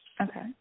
Okay